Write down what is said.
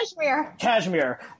Cashmere